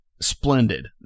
splendid